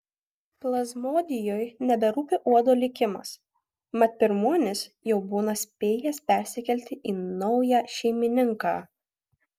plazmodijui neberūpi uodo likimas mat pirmuonis jau būna spėjęs persikelti į naują šeimininką